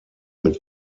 mit